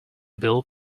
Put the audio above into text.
bill